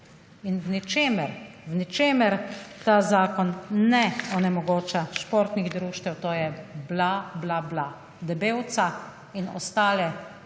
In v ničemer ta zakon ne onemogoča športnih društev, to je bla, bla, bla, Debevca in ostale